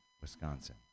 Wisconsin